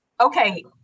Okay